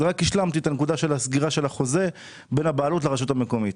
רק השלמתי את הנקודה של הסגירה של החוזה בין הבעלות לרשות המקומית.